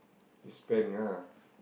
you spend ah